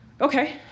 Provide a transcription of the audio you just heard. Okay